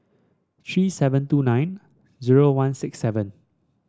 three seven two nine zero one six seven